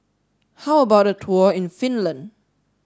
how about a tour in Finland